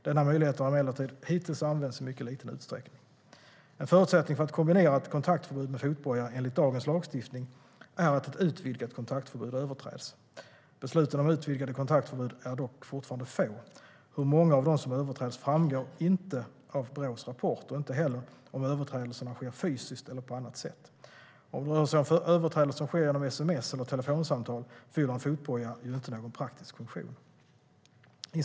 Denna möjlighet har emellertid hittills använts i mycket liten utsträckning. En förutsättning för att kombinera ett kontaktförbud med fotboja enligt dagens lagstiftning är att ett utvidgat kontaktförbud överträds. Besluten om utvidgade kontaktförbud är dock fortfarande få. Hur många av dem som överträds framgår inte av Brås rapport, inte heller om överträdelserna sker fysiskt eller på annat sätt. Om det rör sig om överträdelser som sker genom sms eller telefonsamtal fyller en fotboja inte någon praktisk funktion.